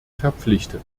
verpflichtet